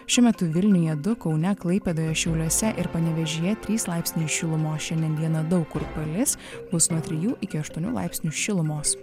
šiuo metu vilniuje du kaune klaipėdoje šiauliuose ir panevėžyje trys laipsniai šilumos šiandien dieną daug kur palis bus nuo trijų iki aštuonių laipsnių šilumos